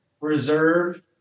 reserve